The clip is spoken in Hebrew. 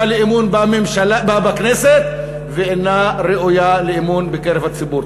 לאמון בכנסת ואינה ראויה לאמון בקרב הציבור.